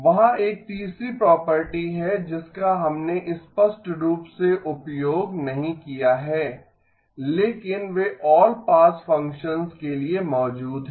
वहाँ एक तीसरी प्रॉपर्टी है जिसका हमने स्पष्ट रूप से उपयोग नहीं किया है लेकिन वे आल पास फ़ंक्शंस के लिए मौजूद हैं